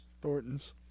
Thorntons